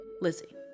Lizzie